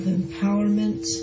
empowerment